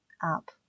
up